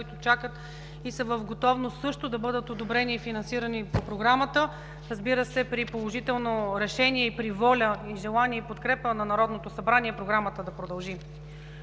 които чакат и са в готовност да бъдат одобрени и финансирани по Програмата, разбира се, при положително решение, при воля, желание и подкрепа на Народното събрание Програмата да продължи.